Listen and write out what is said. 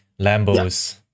Lambos